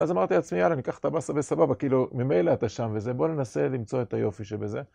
אז אמרתי לעצמי יאללה ניקח את הבאסה וסבבה כאילו ממילא אתה שם וזה בוא ננסה למצוא את היופי שבזה